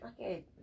Okay